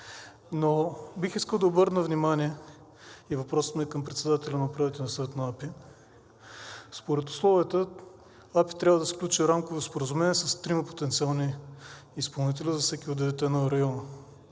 но бих искал да обърна внимание и въпросът ми е към председателя на Управителния съвет на АПИ. Според условията АПИ трябва да сключи рамково споразумение с трима потенциални изпълнители за всеки от районите,